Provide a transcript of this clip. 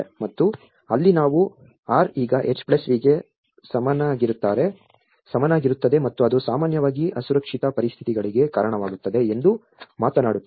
ಮತ್ತು ಅಲ್ಲಿ ನಾವು R ಈಗ HV ಗೆ ಸಮನಾಗಿರುತ್ತದೆ ಮತ್ತು ಅದು ಸಾಮಾನ್ಯವಾಗಿ ಅಸುರಕ್ಷಿತ ಪರಿಸ್ಥಿತಿಗಳಿಗೆ ಕಾರಣವಾಗುತ್ತದೆ ಎಂದು ಮಾತನಾಡುತ್ತೇವೆ